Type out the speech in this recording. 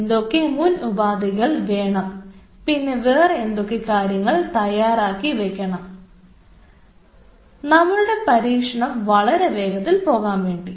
എന്തൊക്കെ മുൻ ഉപാധികൾ വേണം പിന്നെ വേറെ എന്തൊക്കെ കാര്യങ്ങൾ തയ്യാറാക്കി വയ്ക്കണം നമ്മളുടെ പരീക്ഷണം വളരെ വേഗത്തിൽ പോകാൻ വേണ്ടി